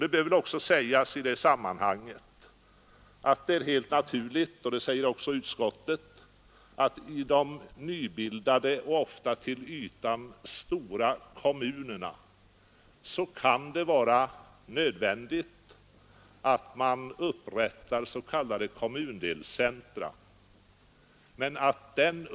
Det bör väl också sägas i detta sammanhang — och det framhåller även utskottet — att det i de nybildade och till ytan ofta stora kommunerna kan vara nödvändigt att upprätta s.k. kommundelscentra.